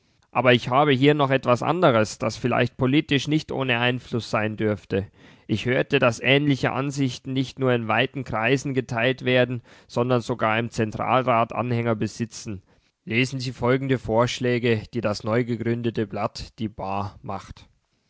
aber ich habe hier noch etwas anderes das vielleicht politisch nicht ohne einfluß sein dürfte ich hörte daß ähnliche ansichten nicht nur in weiten kreisen geteilt werden sondern sogar im zentralrat anhänger besitzen lesen sie folgende vorschläge die das neugegründete blatt die ba macht